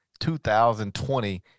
2020